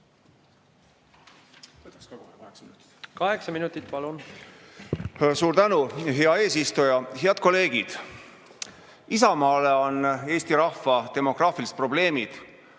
Kaheksa minutit, palun! Suur tänu! Hea eesistuja! Head kolleegid! Isamaale on Eesti rahva demograafilised probleemid,